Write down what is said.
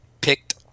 picked